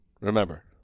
Remember